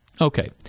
Okay